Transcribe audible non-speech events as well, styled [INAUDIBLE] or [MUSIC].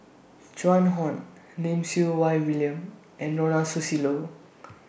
Joan Hon Lim Siew Wai William and Ronald Susilo [NOISE]